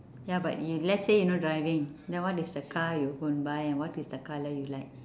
ya but let's say you know driving then what is the car you're going to buy and what is the car you like